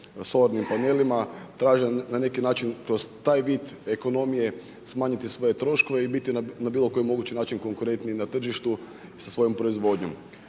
sornim panelima, traže na neki način kroz taj vid ekonomije smanjiti svoje troškove i biti na bilo koji mogući način konkurentniji na tržištu sa svojom proizvodnjom.